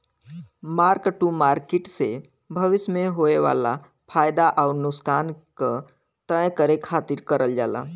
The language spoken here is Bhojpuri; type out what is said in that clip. मार्क टू मार्किट से भविष्य में होये वाला फयदा आउर नुकसान क तय करे खातिर करल जाला